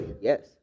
Yes